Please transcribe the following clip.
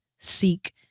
Seek